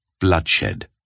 Bloodshed